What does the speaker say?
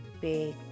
big